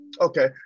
Okay